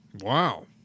Wow